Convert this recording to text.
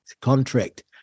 contract